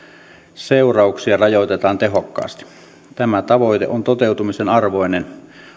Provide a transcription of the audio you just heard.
seurauksia rajoitetaan tehokkaasti tämä tavoite on toteutumisen arvoinen